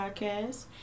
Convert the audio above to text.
Podcast